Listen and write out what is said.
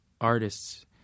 artists